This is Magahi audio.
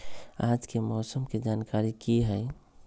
आज के मौसम के जानकारी कि हई?